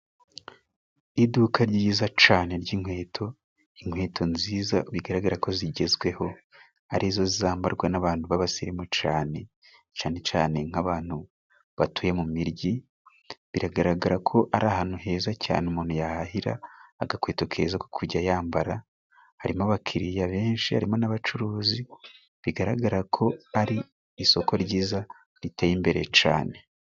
Iduka ryiza cane ry'inkweto. Inkweto nziza bigaragara ko zigezweho, arizo zambarwa n'abantu b'abasirimu cane cane nk'abantu batuye mu migi. Biragaragara ko ari ahantu heza cyane umuntu yahahira agakweto keza ko kujya yambara. Harimo abakiriya benshi, harimo n'abacuruzi bigaragara ko ari isoko ryiza riteye imbere cane.